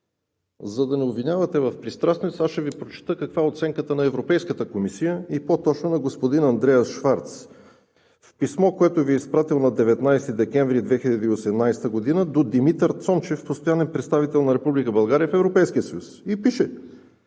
за да не обвинявате в пристрастност, аз ще Ви прочета каква е оценката на Европейската комисия и по-точно на господин Андреас Шварц в писмо, което е изпратил на 19 декември 2018 г. до Димитър Цончев – постоянен представител на Република България в Европейския съюз, и пише: